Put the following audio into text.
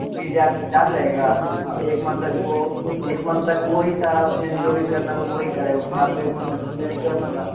बीस हज़ार लगेगा हाँ एक मंथ तक वह ऊ एक मंथ तक वही सारा उसमें जो भी करना हो वही करेगा उसमें आपको एक मंथ तक कुछ भी नहीं करना होगा